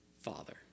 father